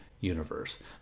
universe